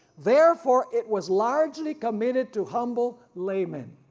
therefore it was largely committed to humble laymen.